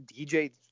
DJ